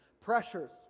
pressures